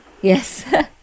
Yes